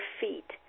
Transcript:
feet